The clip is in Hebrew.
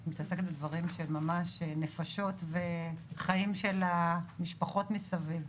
את מתעסקת בדברים שהם ממש נפשות וחיים של משפחות מסביב.